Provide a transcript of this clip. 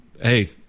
Hey